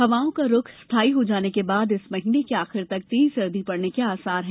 हवाओं का रूख स्थाई हो जाने के बाद इस महीने के आखिर तक तेज सर्दी पड़ने के आसार हैं